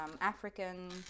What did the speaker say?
african